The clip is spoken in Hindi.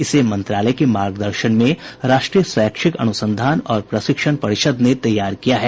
इसे मंत्रालय के मार्गदर्शन में राष्ट्रीय शैक्षिक अनुसंधान और प्रशिक्षण परिषद् ने तैयार किया है